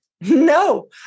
No